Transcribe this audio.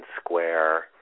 square